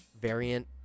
variant